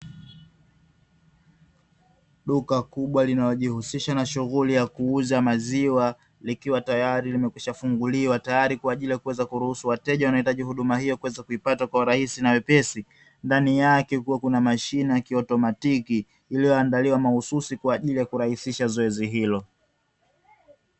Duka kubwa linalojihusisha na shughuli ya kuuza maziwa, likiwa tayari limekwishafunguliwa, tayari kwa ajiri ya kuweza kuruhusu wateja wanaohitaj huduma hiyo kuweza kuipata kwa urahisi na wepesi. Ndani yake kukiwa na mashine ya kiotomatiki, iliyoandaliwa mahususi kwa ajili ya kurahisisha zoezi hilo.